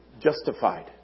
justified